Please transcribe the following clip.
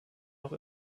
noch